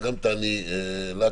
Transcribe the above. וגם תעני לה,